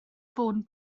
ffôn